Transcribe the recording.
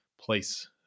place